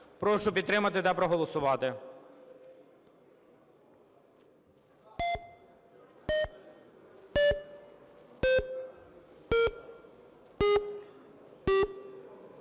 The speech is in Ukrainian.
Прошу підтримати та проголосувати.